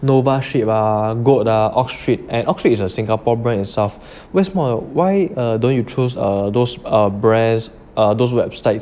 noba ship ah ah Oddstreet and Oddstreet is a singapore brand and south 为什么 why err don't you choose err those err brands err those websites